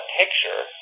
picture